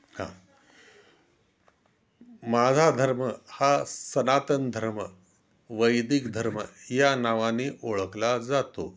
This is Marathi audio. हां माझा धर्म हा सनातन धर्म वैदिक धर्म या नावाने ओळखला जातो